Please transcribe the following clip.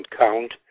count